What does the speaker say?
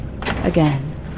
Again